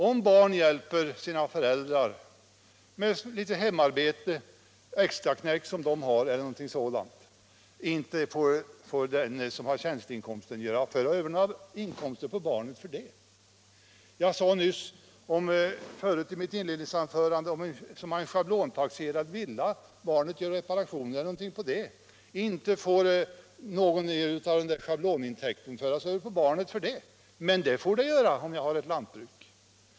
Om barn hjälper sina föräldrar med ett hemarbete, eller med något extraknäck, får inte den som har tjänsteinkomsten föra över några inkomster på barnet för det. Jag sade i mitt inledningsanförande att om man har en schablontaxerad villa och barnet gör reparationer på den får inte någonting av schablonintäkterna föras över på barnet för det, men det får man däremot göra om man har ett lantbruk.